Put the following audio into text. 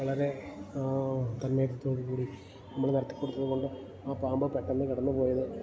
വളരെ തന്മയത്തോട് കൂടി നമ്മള് നിർത്തി കൊടുത്തത് കൊണ്ട് ആ പാമ്പ് പെട്ടെന്ന് കടന്ന് പോയത്